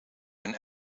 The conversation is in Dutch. een